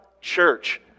church